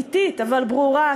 אטית אבל ברורה,